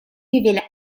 rivela